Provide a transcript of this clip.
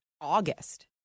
August